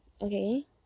okay